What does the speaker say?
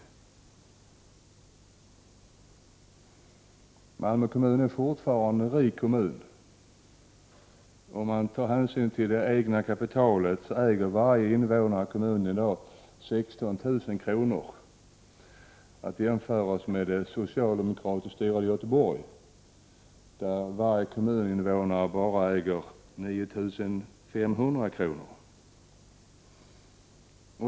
Malmö kommun är fortfarande en rik kommun. Om man tar hänsyn till det egna kapitalet, äger varje invånare i kommunen i dag 16 000 kr. Det kan jämföras med det socialdemokratiskt styrda Göteborg, där varje kommuninvånare bara äger 9 500 kr.